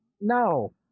no